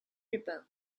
日本